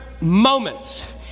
moments